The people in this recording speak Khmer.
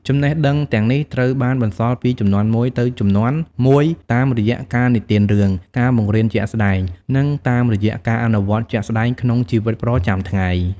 ចំណេះដឹងទាំងនេះត្រូវបានបន្សល់ពីជំនាន់មួយទៅជំនាន់មួយ តាមរយៈការនិទានរឿង ការបង្រៀនជាក់ស្តែង និងតាមរយៈការអនុវត្តជាក់ស្ដែងក្នុងជីវិតប្រចាំថ្ងៃ។